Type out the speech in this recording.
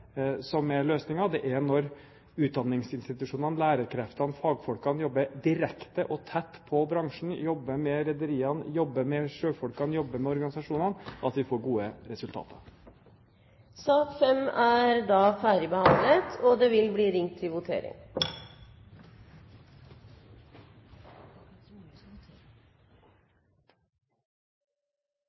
som er løsningen. Det er når utdanningsinstitusjonene, lærerkreftene og fagfolkene jobber direkte og tett på bransjen, når de jobber med rederiene, med sjøfolkene og med organisasjonene, at vi får gode resultater. Debatten i sak nr. 5 er dermed avsluttet. Stortinget er da klart til å gå til votering.